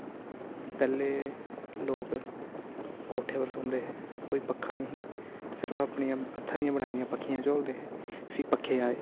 पैह्ले लोक कोठे पर सौंदे हे कोई पक्खा निही सिर्फ अपनियां हत्थां दियां बनाई दियां पक्खियां झोलदे हे फ्ही पक्खे आए